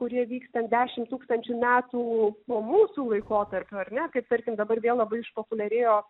kurie vyks ten dešim tūkstančių metų po mūsų laikotarpio ar ne kaip tarkim dabar vėl labai išpopuliarėjo